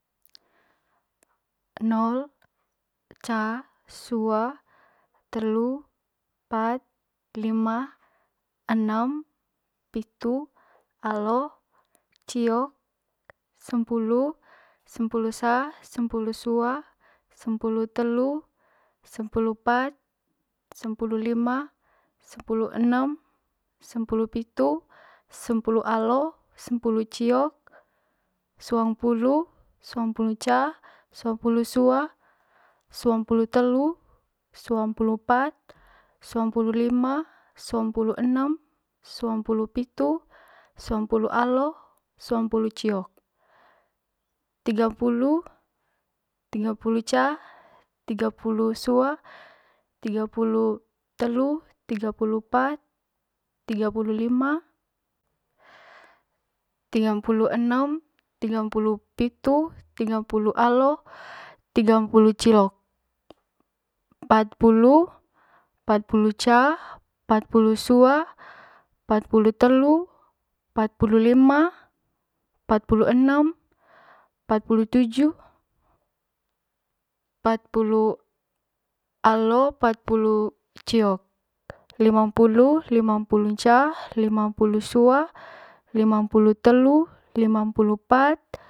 Nol ca sua telu pat lima enem pitu alo ciok sempulu sempulu ca sempulu sua sempulu telu sempulu pat sempulu lima sempulu enem sempulu pitu sempulu alo sempulu ciok suampulu suampulu ca suampulu sua suampulu telu suampulu pat suampulu lima suampulu enem suampulu pitu suampulu alo suampulu ciok tiga pulu tiga pulu ca tiga pulu sua tiga pulu tiga tiga pulu pat tigam pulu lima tiga pulu enem tiga pulu pitu tiga pulu alo tiga pulu cilok pat pulu pat pulu ca pat pulu suapat pulu telu pat pulu lima pat pulu enem pat pulu tuju pat pulu alo pat pulu ciok limampulu limampulu ca limampulu sua limampulu telu limampulu pat.